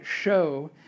show